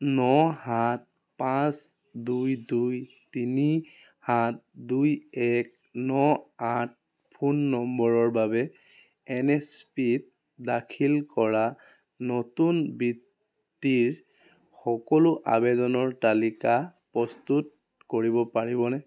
ন সাত পাঁচ দুই দুই তিনি সাত দুই এক ন আঠ ফোন নম্বৰৰ বাবে এন এছ পি ত দাখিল কৰা নতুন বৃত্তিৰ সকলো আৱেদনৰ তালিকা প্ৰস্তুত কৰিব পাৰিবনে